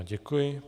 Děkuji.